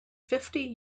fifty